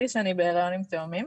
בהיריון עם תאומים.